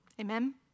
amen